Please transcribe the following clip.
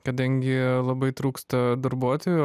kadangi labai trūksta darbuotojų